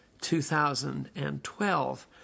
2012